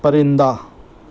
پرندہ